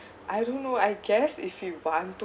I don't know I guess if you want to